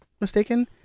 mistaken